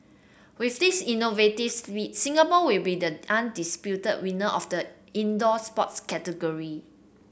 with this innovative split Singapore will be the undisputed winner of the indoor sports category